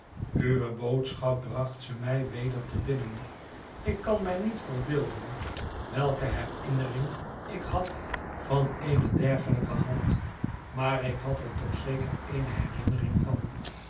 uwe boodschap bracht ze mij weder te binnen ik kan mij niet verbeelden welke herinnering ik had van eene dergelijke hand maar ik had er toch zeker eene herinnering van